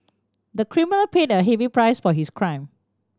the criminal paid a heavy price for his crime